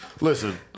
Listen